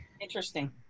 Interesting